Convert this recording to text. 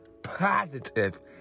Positive